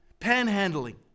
panhandling